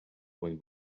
when